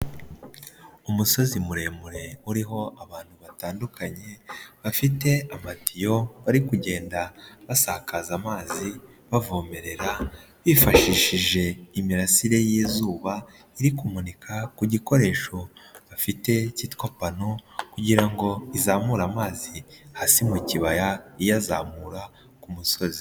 Umusozi muremure uriho abantu batandukanye, bafite amatiyo, bari kugenda basakaza amazi, bavomerera, bifashishije imirasire y'izuba, iri kumurika ku gikoresho bafite, cyitwa pano kugira ngo izamure amazi hasi mu kibaya, iyazamura ku musozi.